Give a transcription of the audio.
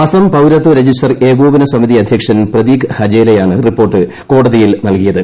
അസം പൌരത്വ രജിസ്റ്റർ ഏകോപന സമിതി അധ്യക്ഷൻ പ്രതീക് ഹജേലയാണ് റിപ്പോർട്ട് കോടതിയിൽ നൽകിയത്